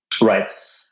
Right